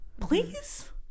Please